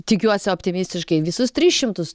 tikiuosi optimistiškai visus tris šimtus